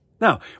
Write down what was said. Now